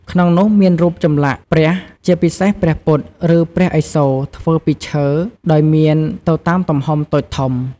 ក្នុងនោះមានរូបចម្លាក់់ព្រះ ជាពិសេសព្រះពុទ្ធ ឬព្រះឥសូរធ្វើពីឈើដោយមានទៅតាមទំហំតូចធំ។